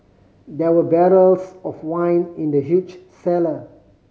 there were barrels of wine in the huge cellar